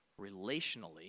Relationally